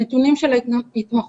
הנתונים של ההתמחויות